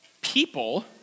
people